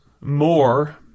more